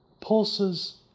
pulses